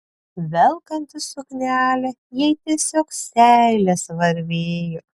velkantis suknelę jai tiesiog seilės varvėjo